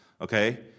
okay